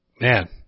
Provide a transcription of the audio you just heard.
man